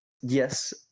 yes